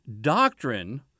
doctrine